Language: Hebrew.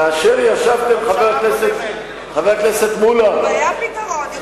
כאשר ישבתם, חבר הכנסת מולה, היה פתרון.